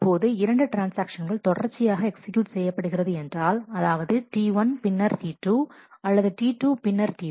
இப்போது இரண்டு ட்ரான்ஸ்ஆக்ஷன்கள் தொடர்ச்சியாக எக்ஸிக்யூட் செய்யப்படுகிறது என்றாள் அதாவது T1 பின்னர் T2 அல்லது T2 பின்னர் T1